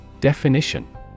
Definition